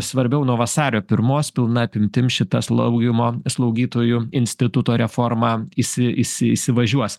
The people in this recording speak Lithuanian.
svarbiau nuo vasario pirmos pilna apimtim šita slaugymo slaugytojų instituto reforma isi isi įsivažiuos